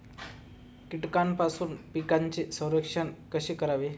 कीटकांपासून पिकांचे संरक्षण कसे करावे?